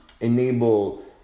enable